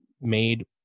made